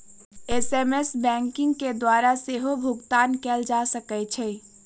SMS banking के द्वारा सेहो भुगतान कएल जा सकै छै